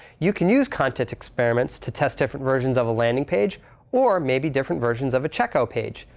you can use content experiments to test different versions of a landing page or maybe different versions of a checkout page.